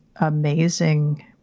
amazing